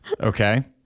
okay